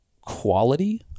quality